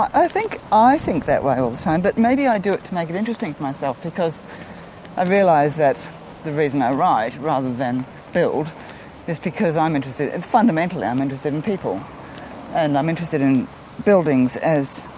i think i think that way all the time but maybe i do it to make it interesting for myself, because i realise that the reason i write rather than build is because i'm interested, and fundamentally i'm interested in people and i'm interested in buildings as